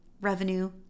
revenue